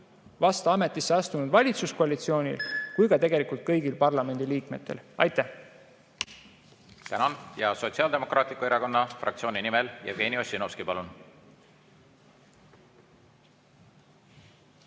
vast ametisse astunud valitsuskoalitsioonil kui tegelikult ka kõigil parlamendiliikmetel. Aitäh!